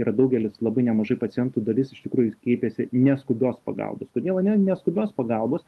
yra daugelis labai nemažai pacientų dalis iš tikrųjų keitėsi neskubios pagalbos kodėl ne neskubios pagalbos